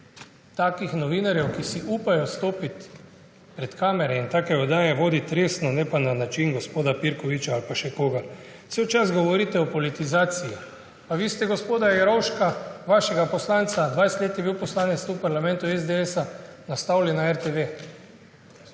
takih novinarjev, ki si upajo stopiti pred kamere in take oddaje resno voditi, ne pa na način gospoda Pirkoviča ali pa še koga. Ves čas govorite o politizaciji, pa ste vi gospoda Jerovška, vašega poslanca − 20 let je bil poslanec SDS tu v parlamentu − nastavili na RTV.